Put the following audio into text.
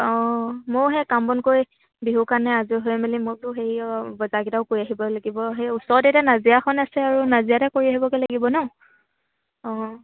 অঁ ময়ো সেই কাম বন কৰি বিহুৰ কাৰণে আজৰি হৈ মেলি মইতো হেৰিয় বজাৰকেইটাও কৰি আহিব লাগিব সেই ওচৰতে এতিয়া নাজিৰাখনেই আছে আৰু নাজিৰাতে কৰি আহিবগৈ লাগিব ন অঁ